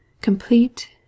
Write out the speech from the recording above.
Complete